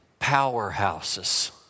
powerhouses